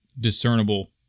discernible